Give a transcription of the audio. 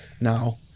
now